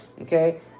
okay